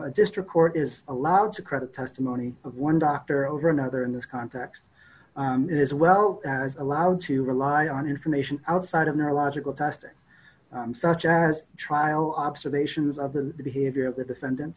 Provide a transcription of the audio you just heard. a district court is allowed to credit the testimony of one doctor over another in this context as well as allowed to rely on information outside of neurological testing such as trial observations of the behavior of the defendant